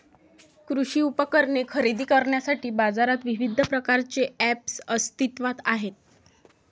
कृषी उपकरणे खरेदी करण्यासाठी बाजारात विविध प्रकारचे ऐप्स अस्तित्त्वात आहेत